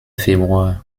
februar